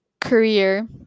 career